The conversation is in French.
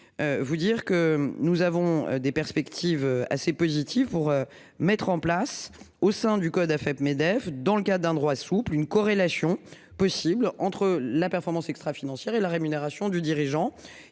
Vous dire que nous avons des perspectives assez positif pour. Mettre en place au sein du code Afep-Medef, dans le cas d'un droit souple une corrélation possible entre la performance extra-financière et la rémunération du dirigeant.